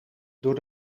door